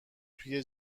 توی